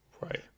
Right